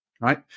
right